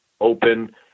open